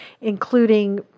including